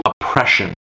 oppression